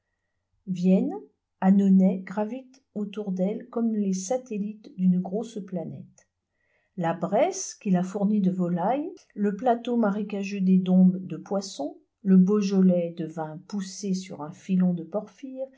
vienne annonay gravitent autour d'elle comme les satellites d'une grosse planète la bresse qui la fournit de volaille le plateau marécageux des dombes de poissons le beaujolais de vins poussés sur un filon de